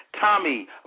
Tommy